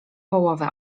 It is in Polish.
połowę